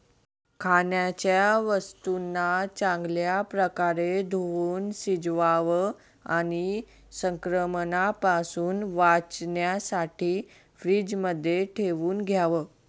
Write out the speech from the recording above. खाण्याच्या वस्तूंना चांगल्या प्रकारे धुवुन शिजवावं आणि संक्रमणापासून वाचण्यासाठी फ्रीजमध्ये ठेवून द्याव